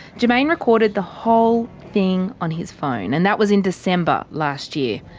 jermaine recorded the whole thing on his phone. and that was in december last year.